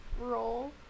roll